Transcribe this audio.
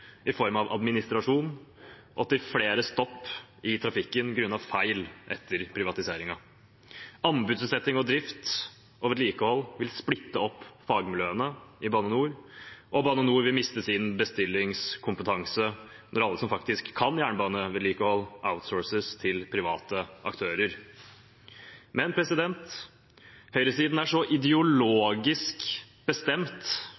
i form av administrasjon og til flere stopp i trafikken grunnet feil etter privatiseringen. Anbudsutsetting av drift og vedlikehold vil splitte opp fagmiljøene i Bane NOR, og Bane NOR vil miste sin bestillingskompetanse når alle som faktisk kan jernbanevedlikehold, outsources til private aktører. Men høyresiden er så ideologisk bestemt